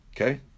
okay